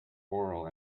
oral